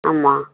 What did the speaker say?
ஆமாம்